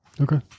Okay